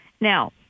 Now